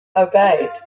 obeyed